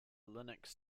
linux